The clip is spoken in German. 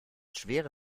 schwere